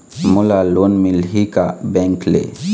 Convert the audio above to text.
मोला लोन मिलही का बैंक ले?